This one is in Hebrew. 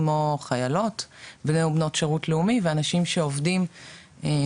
כמו חיילות ובני ובנות שירות לאומי ואנשים שעובדים בעיקר